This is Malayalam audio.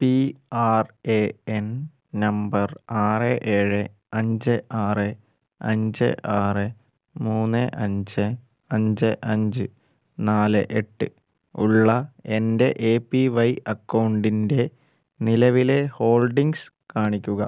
P R A N number ആറ് ഏഴ് അഞ്ച് ആറ് അഞ്ച് ആറ് മൂന്ന് അഞ്ച് അഞ്ച് അഞ്ച് നാല് എട്ട് ഉള്ള എൻ്റെ എ പി വൈ അക്കൗണ്ടിൻ്റെ നിലവിലെ ഹോൾഡിംഗ്സ് കാണിക്കുക